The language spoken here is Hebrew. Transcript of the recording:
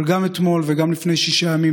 אבל גם אתמול וגם לפני שישה ימים,